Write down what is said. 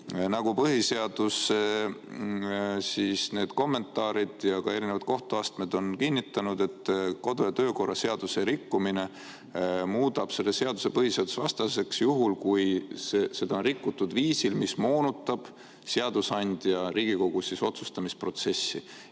Nagu põhiseaduse kommentaarid ja ka erinevad kohtuastmed on kinnitanud, kodu- ja töökorra seaduse rikkumine muudab seaduse põhiseadusevastaseks, juhul kui seda on rikutud viisil, mis moonutab seadusandja otsustamisprotsessi